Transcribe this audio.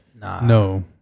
no